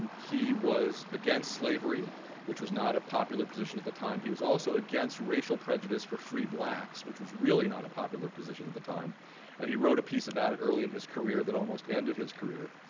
he was against slavery which was not a popular position at the time. he was also against racial prejudice for free blacks which was really not a popular position at the time and he wrote a piece about it early in his career that almost ended his career.